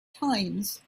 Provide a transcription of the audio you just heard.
times